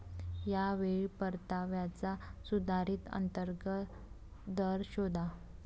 या वेळी परताव्याचा सुधारित अंतर्गत दर शोधा